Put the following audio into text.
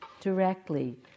directly